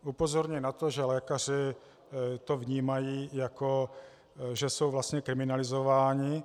Upozorňuji na to, že lékaři to vnímají, jako že jsou vlastně kriminalizováni.